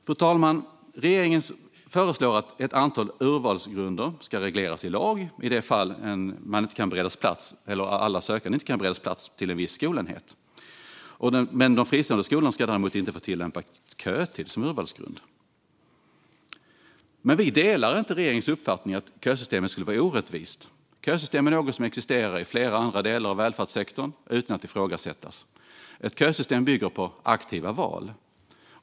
Fru talman! Regeringen föreslår att ett antal urvalsgrunder ska regleras i lag i det fall alla sökande inte kan beredas plats till en viss skolenhet. De fristående skolorna ska däremot inte få tillämpa kötid som urvalsgrund. Vi delar inte regeringens uppfattning att kösystem skulle vara orättvist. Kösystem existerar i flera andra delar av välfärdssektorn utan att det ifrågasätts. Ett kösystem bygger på aktiva val.